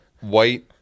white